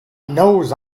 knows